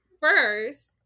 first